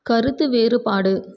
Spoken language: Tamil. கருத்து வேறுபாடு